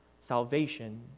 salvation